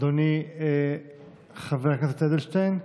אדוני חבר הכנסת אדלשטיין.